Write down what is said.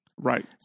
Right